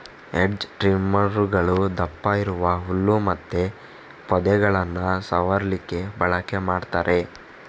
hedge ಟ್ರಿಮ್ಮರುಗಳು ದಪ್ಪ ಇರುವ ಹುಲ್ಲು ಮತ್ತೆ ಪೊದೆಗಳನ್ನ ಸವರ್ಲಿಕ್ಕೆ ಬಳಕೆ ಮಾಡ್ತಾರೆ